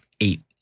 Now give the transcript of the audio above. eight